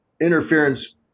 interference